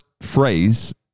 phrase